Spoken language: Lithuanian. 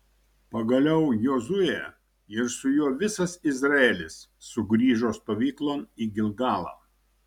pagaliau jozuė ir su juo visas izraelis sugrįžo stovyklon į gilgalą